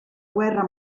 guerra